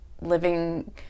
living